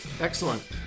excellent